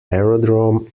aerodrome